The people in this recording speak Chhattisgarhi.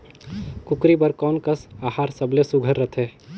कूकरी बर कोन कस आहार सबले सुघ्घर रथे?